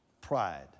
Pride